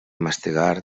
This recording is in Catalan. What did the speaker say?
mastegar